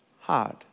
hard